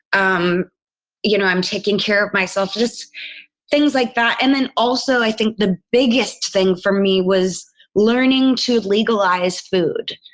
um you know, i'm taking care of myself. just things like that. and then also, i think the biggest thing for me was learning to legalize food.